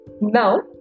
Now